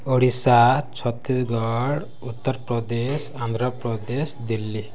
Odisha Chhattisgarh Uttar Pradesh Andhra Pradesh Delhi